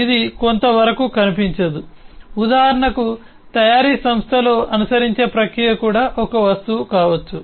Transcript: ఇది కొంతవరకు కనిపించదు ఉదాహరణకు తయారీ సంస్థలో అనుసరించే ప్రక్రియ కూడా ఒక వస్తువు కావచ్చు